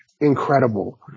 incredible